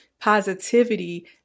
positivity